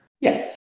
Yes